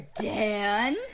Dan